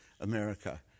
America